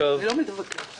אני לא מתווכח איתך.